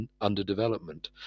underdevelopment